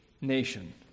nation